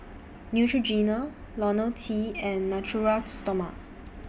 Neutrogena Ionil T and Natura Stoma